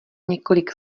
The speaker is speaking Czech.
několik